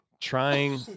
trying